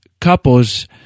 couples